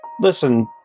Listen